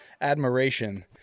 admiration